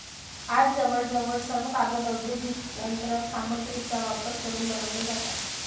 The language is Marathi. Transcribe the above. आज जवळजवळ सर्व कागद औद्योगिक यंत्र सामग्रीचा वापर करून बनवले जातात